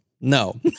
No